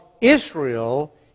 Israel